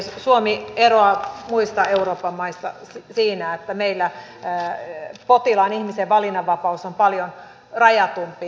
suomi eroaa muista euroopan maista siinä että meillä potilaan ihmisen valinnanvapaus on paljon rajatumpi